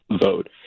vote